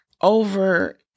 over